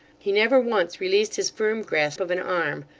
he never once released his firm grasp of an arm,